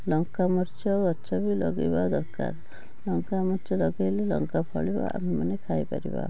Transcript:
ଲଙ୍କା ମରିଚ ଗଛ ବି ଲଗେଇବା ଦରକାର ଲଙ୍କା ମରିଚ ଲଗେଇଲେ ଲଙ୍କା ଫଳିବ ଆମେମାନେ ଖାଇପାରିବା